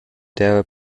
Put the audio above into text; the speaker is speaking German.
der